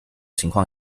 情况